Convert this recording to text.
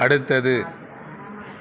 அடுத்தது